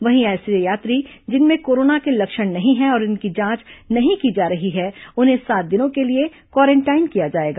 वहीं ऐसी यात्री जिनमें कोरोना के लक्षण नहीं है और जिनकी जांच नहीं की जा रही है उन्हें सात दिनों के लिए क्वारेंटाइन किया जाएगा